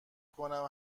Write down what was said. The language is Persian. کنم